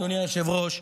אדוני היושב-ראש,